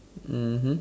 mmhmm